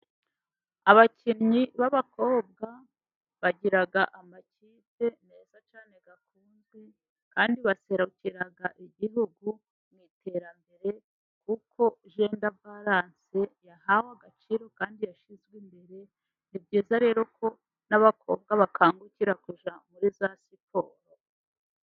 Abakinnyi b'abakobwa bagira amakipe meza cyane akunzwe, kandi baserukira Igihugu mu iterambere. Kuko jenda balanse yahawe agaciro, kandi yashyizwe imbere. Ni byiza rero ko n'abakobwa bakangukira kujya muri za siporo.